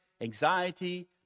anxiety